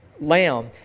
lamb